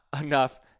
enough